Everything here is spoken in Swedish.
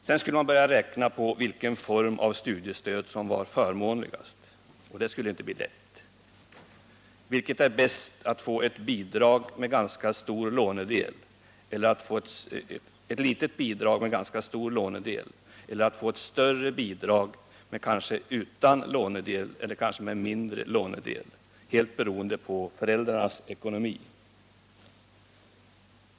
Sedan skulle han börja räkna på vilken form av studiestöd som var förmånligast. Det skulle inte bli lätt. Vilket är bäst: att få ett litet bidrag med ganska stor lånedel eller att få ett större bidrag kanske utan lånedel eller kanske med en mindre lånedel, helt beroende på föräldrarnas ekonomi?